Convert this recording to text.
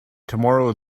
tomorrow